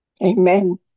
Amen